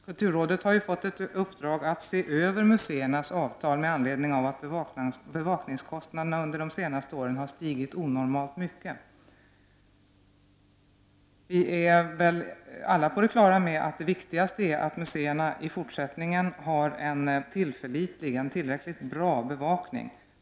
Kulturrådet har fått i uppdrag att se över museernas avtal med anledning av att bevakningskostnaderna under de senaste åren har stigit onormalt mycket. Vi är väl alla på det klara med att det viktigaste är att museerna i fortsättningen har en tillräckligt bra och tillförlitlig bevakning.